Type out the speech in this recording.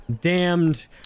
damned